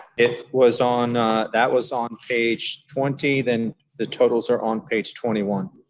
it was on that was on page twenty. then the totals are on page twenty one.